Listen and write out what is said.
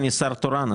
אני שר תורן,